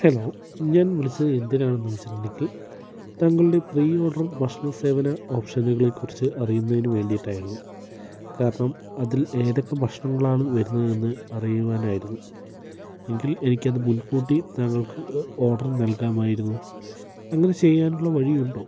hello ഞാൻ വിളിച്ചത് എന്തിനാണെന്ന് വച്ചിട്ടുണ്ടെങ്കിൽ താങ്കളുടെ പ്രീ ഓർഡർ ഭക്ഷണ സേവന ഓപ്ഷനുകളെ കുറിച്ചു അറിയുന്നതിന് വേണ്ടിയിട്ടായിരുന്നു കാരണം അതിൽ ഏതൊക്കെ ഭക്ഷണങ്ങളാണ് വരുന്നത് എന്ന് അറിയുവാനായിരുന്നു എങ്കിൽ എനിക്ക് അത് മുൻകൂട്ടി താങ്കൾക്ക് ഓർഡർ നൽകാമായിരുന്നു അങ്ങനെ ചെയ്യാനുള്ള വഴി ഉണ്ടോ